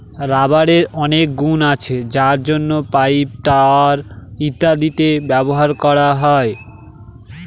রাবারের অনেক গুন আছে যার জন্য পাইপ, টায়ার ইত্যাদিতে ব্যবহার হয়